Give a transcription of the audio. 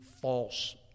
false